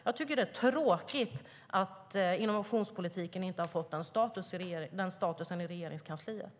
Jag tycker att det är tråkigt att innovationspolitiken inte har fått denna status i Regeringskansliet.